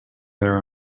there